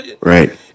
right